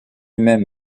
même